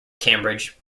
cambridge